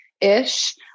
ish